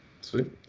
Sweet